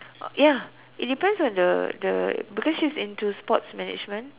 ya it depends on the the because she's into sports management